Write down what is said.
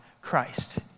Christ